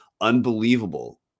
Unbelievable